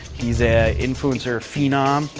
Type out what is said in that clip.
he's a influencer phenom,